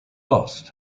lost